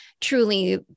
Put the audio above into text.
truly